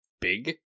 big